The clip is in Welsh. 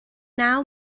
naw